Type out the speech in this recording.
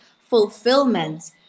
fulfillment